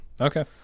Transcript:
Okay